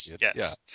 Yes